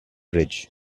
bridge